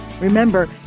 Remember